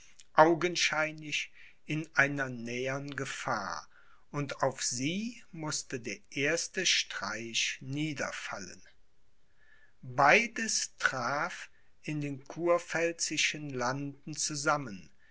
augenscheinlich in einer nähern gefahr und auf sie mußte der erste streich niederfallen beides traf in den kurpfälzischen landen zusammen